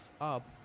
up